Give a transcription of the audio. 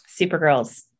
Supergirls